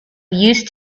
used